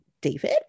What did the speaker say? David